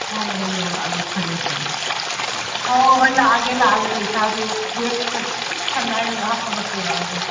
ꯑꯧ ꯍꯣꯏ ꯍꯣꯏ ꯌꯧꯔꯛꯑꯒꯦ ꯐꯔꯦ ꯐꯔꯦ ꯍꯣ ꯍꯣ ꯍꯣꯏ ꯂꯥꯛꯑꯒꯦ ꯂꯥꯛꯑꯒꯦ ꯄꯩꯁꯥꯗꯨ ꯕꯦꯛꯇ ꯄꯤꯛ ꯊꯟꯅ ꯍꯥꯞꯄꯒ ꯄꯨꯔꯛꯑꯒꯦ